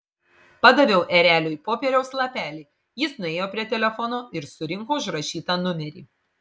padaviau ereliui popieriaus lapelį jis nuėjo prie telefono ir surinko užrašytą numerį